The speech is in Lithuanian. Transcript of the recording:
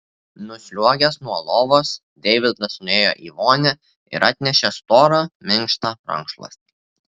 nusliuogęs nuo lovos deividas nuėjo į vonią ir atnešė storą minkštą rankšluostį